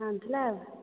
ଆଣିଥିଲା ଆଉ